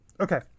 okay